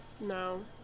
No